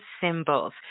Symbols